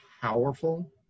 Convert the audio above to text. powerful